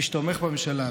מי שתומך בממשלה,